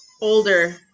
older